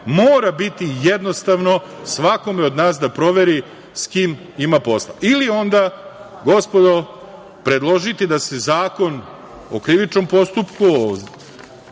mora biti jednostavno svakome od nas da proveri s kim ima posla, ili onda, gospodo, predložiti da se Zakon o krivičnom postupku